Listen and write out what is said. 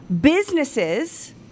businesses